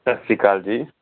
ਸਤਿ ਸ਼੍ਰੀ ਅਕਾਲ ਜੀ